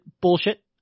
bullshit